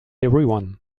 everyone